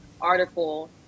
article